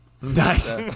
Nice